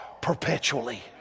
perpetually